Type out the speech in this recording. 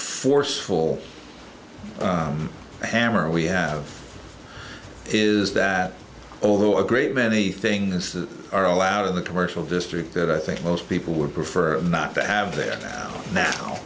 forceful hammer we have is that although a great many things are allowed in the commercial district that i think most people would prefer not to have their own now